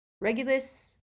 Regulus